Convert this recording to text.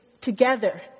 together